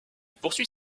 poursuit